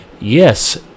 Yes